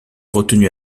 retenu